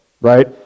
right